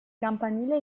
campanile